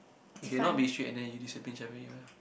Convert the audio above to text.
you can not be strict and then you discipline whichever you are